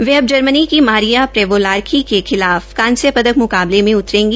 वह अब जर्मनी की मारिया प्रेवोलास्की के खिलाफ कांस्य पदक मुकाबले में उतरेगी